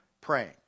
praying